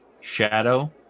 Shadow